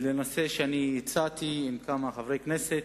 הנושא שהצעתי עם כמה חברי כנסת,